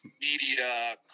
media